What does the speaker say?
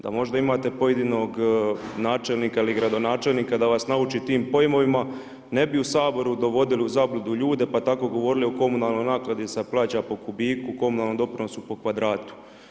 Da možda imate pojedinog načelnika ili gradonačelnika da vas nauči tim pojmovima ne bi u Saboru dovodili u zabludu ljude pa tako govorili o komunalnoj naknadi se plaća po kubiku, komunalnom doprinosu po kvadratu.